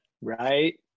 Right